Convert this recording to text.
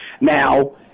Now